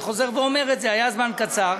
ואני חוזר ואומר את זה: היה זמן קצר.